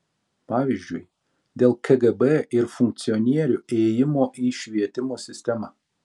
pavyzdžiui dėl kgb ir funkcionierių ėjimo į švietimo sistemą